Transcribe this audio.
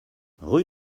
rue